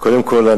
קודם כול,